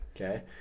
okay